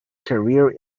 career